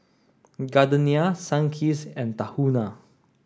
Gardenia Sunkist and Tahuna